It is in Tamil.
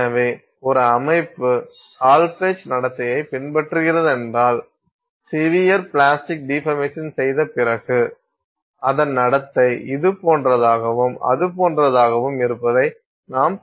எனவே ஒரு அமைப்பு ஹால் பெட்ச் நடத்தையைப் பின்பற்றுகிறதென்றால் சிவியர் பிளாஸ்டிக் டீபர்மேஷன் செய்த பிறகு அதன் நடத்தை இதுபோன்றதாகவும் அதுபோன்றதாகவும் இருப்பதை நாம் பார்க்கலாம்